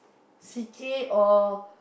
C_K or